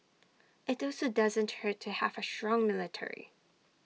IT also doesn't hurt to have A strong military